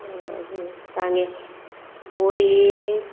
सांगे बोरये